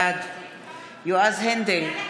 בעד יועז הנדל,